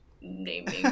naming